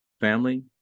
family